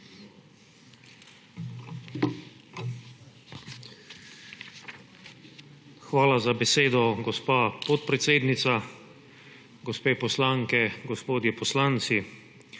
Hvala za besedo, gospod podpredsednik. Gospe poslanke, gospodje poslanci!